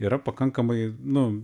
yra pakankamai nu